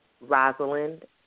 rosalind